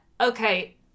okay